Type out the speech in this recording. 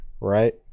right